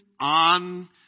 on